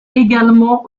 également